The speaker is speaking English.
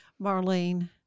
Marlene